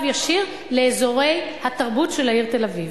ישיר לאזורי התרבות של העיר תל-אביב,